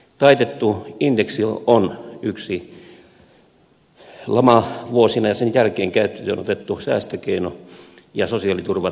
taitettu indeksi on yksi lamavuosina ja sen jälkeen käyttöönotettu säästökeino ja sosiaaliturvan leikkaustapa